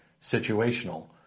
situational